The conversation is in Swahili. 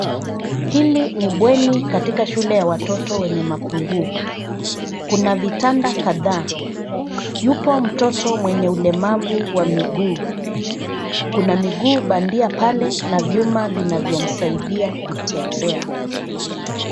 Hili ni bweni katika shule ya watoto wenye mapungufu, kuna vitanda kadhaa. Yupo mtoto wenye ulemavu wa miguu. Kuna miguu bandia pale na vyuma vinavyomsaidia kutembea.